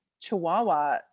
Chihuahua